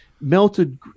melted